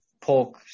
pork